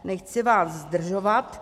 Nechci vás zdržovat.